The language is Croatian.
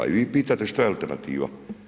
I vi pitate šta je alternativa?